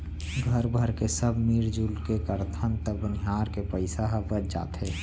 घर भरके सब मिरजुल के करथन त बनिहार के पइसा ह बच जाथे